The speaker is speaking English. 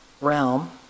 realm